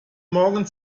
morgen